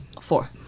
Four